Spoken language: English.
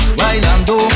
bailando